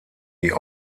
die